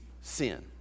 sin